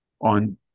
on